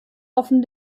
offen